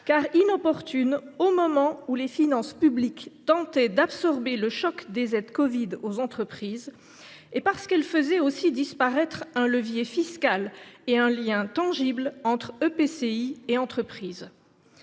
inopportune au moment où les finances publiques tentaient d’absorber le choc des aides covid aux entreprises et parce qu’elle faisait aussi disparaître un levier fiscal et un lien tangible entre établissements